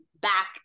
back